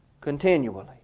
continually